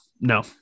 no